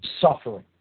suffering